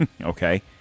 okay